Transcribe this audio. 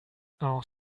auch